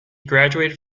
graduated